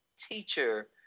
teacher